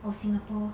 of singapore